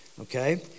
okay